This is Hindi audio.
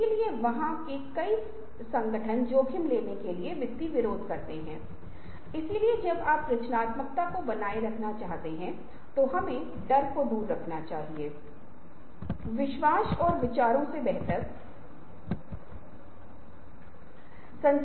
तो यह एक खेल का एक उदाहरण है जो आपके पास हो सकता है आप एक अलग तरह का गेम भी कर सकते हैं यदि आप चाहते हैं कि जितना संभव हो उतने रचनात्मक विचारों को विकसित करने में मदद करें